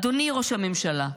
אדוני ראש הממשלה,